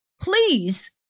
please